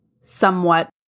somewhat